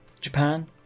Japan